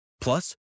Plus